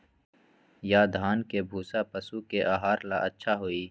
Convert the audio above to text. या धान के भूसा पशु के आहार ला अच्छा होई?